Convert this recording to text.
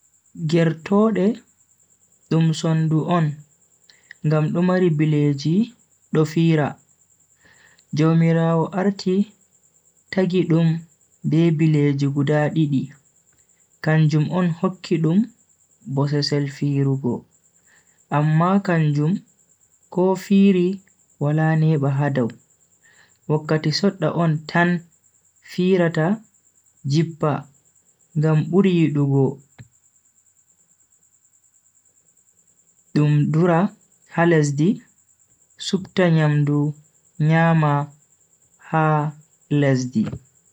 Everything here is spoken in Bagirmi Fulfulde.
Gertoode dum sundu on ngam do mari bileeji do fiira. jaumiraawo arti tagi dum be bileji guda didi kanjum on hokki dum bosesel firugo amma kanjum ko firi wala neba ha dow, wakkati sedda on tan firata jippa ngam buri yidugo dum dura ha leddi supta nyamdu nyama ha leddi.